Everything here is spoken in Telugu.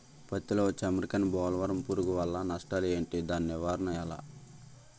పత్తి లో వచ్చే అమెరికన్ బోల్వర్మ్ పురుగు వల్ల నష్టాలు ఏంటి? దాని నివారణ ఎలా?